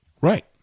Right